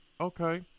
Okay